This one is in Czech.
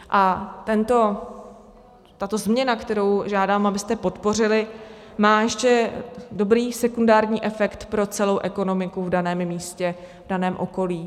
A tato změna, kterou žádám, abyste podpořili, má ještě dobrý sekundární efekt pro celou ekonomiku v daném místě, v daném okolí.